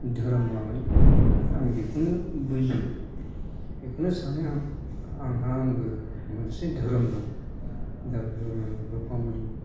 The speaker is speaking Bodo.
धोरोम लानाय आं बिखौनो बुजियो बिखौनो सानो आं आंहा आंबो मोनसे धोरोम दं दा बेयो रुफामनि